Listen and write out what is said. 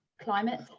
climate